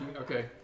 Okay